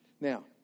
Now